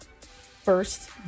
first